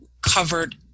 covered